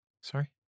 Sorry